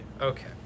Okay